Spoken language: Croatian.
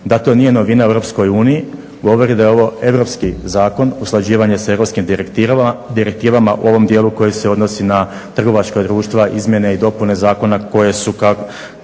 Da to nije novina u Europskoj uniji govori da je ovo europski zakon, usklađivanje sa europskim direktivama u ovom dijelu koji se odnosi na trgovačka društva, izmjene i dopune zakona koje su